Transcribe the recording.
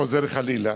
וחוזר חלילה.